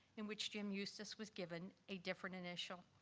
in which jim eustice was given a different initial,